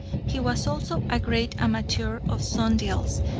he was also a great amateur of sundials,